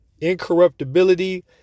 incorruptibility